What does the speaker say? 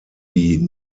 die